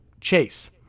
chase